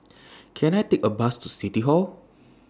Can I Take A Bus to City Hall